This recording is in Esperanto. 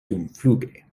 dumfluge